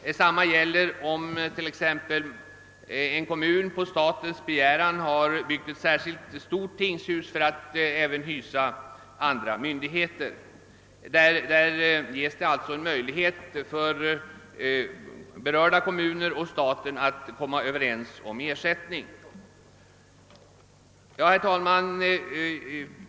Detsamma gäller om t.ex. en kommun på statens begäran har byggt ett särskilt stort tingshus för att man också skall kunna hysa andra myndigheter där. Då ges det möjligheter för berörda kommun och staten att komma överens om ersättning härför. Herr talman!